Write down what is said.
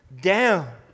down